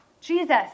Jesus